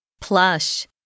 Plush